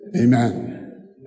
amen